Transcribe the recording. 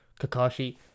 Kakashi